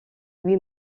lui